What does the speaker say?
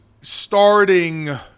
starting